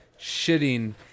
shitting